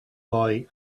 boy